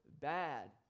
bad